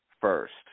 first